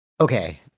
Okay